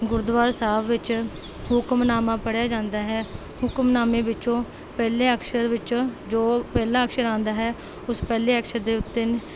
ਗੁਰਦੁਆਰਾ ਸਾਹਿਬ ਵਿੱਚ ਹੁਕਮਨਾਮਾ ਪੜ੍ਹਿਆ ਜਾਂਦਾ ਹੈ ਹੁਕਮਨਾਮੇ ਵਿੱਚੋਂ ਪਹਿਲੇ ਅਕਸ਼ਰ ਵਿੱਚੋਂ ਜੋ ਪਹਿਲਾ ਅਕਸ਼ਰ ਆਉਂਦਾ ਹੈ ਉਸ ਪਹਿਲੇ ਅਕਸ਼ਰ ਦੇ ਉੱਤੇ